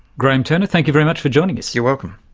graeme turner, thank you very much for joining us. you're welcome.